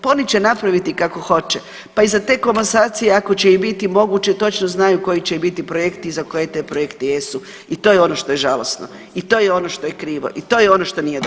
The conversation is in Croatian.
Pa oni će napraviti kako hoće, pa iza te komasacije ako će i biti moguće točno znaju koji će biti projekti i za koje te projekte jesu i to je ono što je žalosno, i to je ono što je krivo, i to je ono što nije dobro.